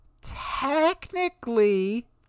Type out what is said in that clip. technically